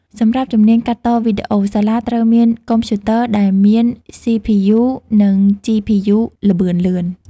សម្រាប់ជំនាញកាត់តវីដេអូ សាលាត្រូវមានកុំព្យូទ័រដែលមាន CPU និង GPU ល្បឿនលឿន។